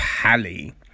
Pally